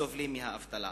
סובלים מהאבטלה.